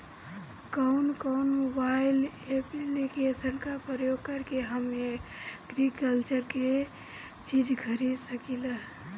कउन कउन mobile application का प्रयोग करके हम एग्रीकल्चर के चिज खरीद सकिला?